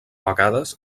vegades